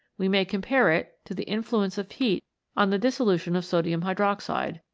we may compare it to the influence of heat on the dissolution of sodium hydroxide,